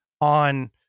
on